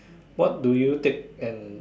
what do you take and